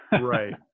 Right